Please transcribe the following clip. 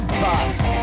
bust